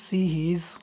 ਸੀਹੀਜ਼